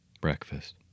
Breakfast